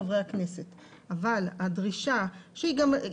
התחבורה הציבורית כשהיא תהיה לא נגישה אפילו באחוזים מאוד זעירים.